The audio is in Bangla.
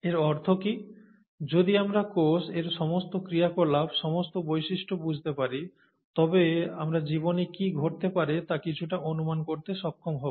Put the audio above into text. এর অর্থ কী যদি আমরা কোষ এর সমস্ত ক্রিয়াকলাপ সমস্ত বৈশিষ্ট্য বুঝতে পারি তবে আমরা জীবনে কি ঘটতে পারে তা কিছুটা অনুমান করতে সক্ষম হব